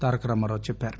తారక రామారావు చెప్పారు